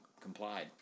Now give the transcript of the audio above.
complied